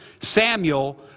Samuel